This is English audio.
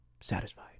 satisfied